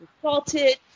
assaulted